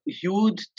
huge